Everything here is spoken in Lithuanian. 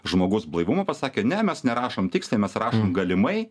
žmogaus blaivumą pasakė ne mes nerašom tiksliai mes rašom galimai